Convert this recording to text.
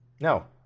No